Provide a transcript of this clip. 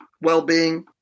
well-being